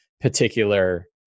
particular